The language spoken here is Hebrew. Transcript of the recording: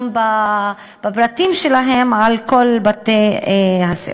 בפרטים שלהן, על כל בתי-הספר.